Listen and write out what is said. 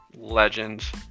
legends